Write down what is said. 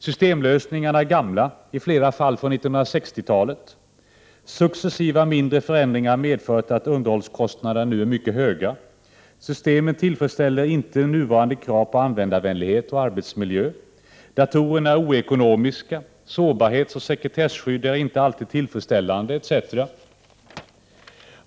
Systemlösningarna är gamla, i flera fall från 1960-talet. Successiva, mindre förändringar har medfört att underhållskostnaderna nu är mycket höga. Systemen tillfredsställer inte nuvarande krav på användarvänlighet och arbetsmiljö. Datorerna är oekonomiska, och sårbarhetsoch säkerhetsskydd är inte alltid tillfredsställande etc.